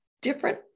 different